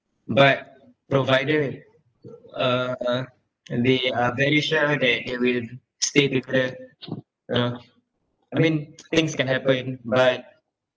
but provided uh uh they are very sure that they will stay together uh I mean things can happen but